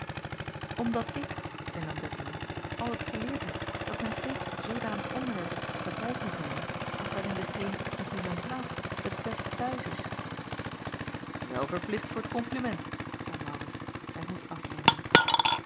omdat ik hernam bettemie altijd geleerd heb dat men steeds zoodanig onderwerp op het tapijt moet brengen als waarin degeen met wie men praat het best t'huis is wel verplicht voor t kompliment zeî maurits zijn hoed afnemende